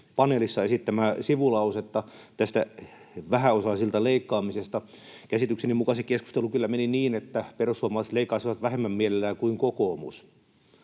paneelissa esittämää sivulausetta tästä vähäosaisilta leikkaamisesta. Käsitykseni mukaan se keskustelu kyllä meni niin, että perussuomalaiset leikkaisivat mielellään vähemmän kuin kokoomus.